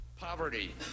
Poverty